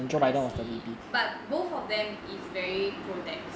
I see but both of them is very pro tax